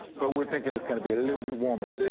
but we think and it's going to be a little bit warmer there.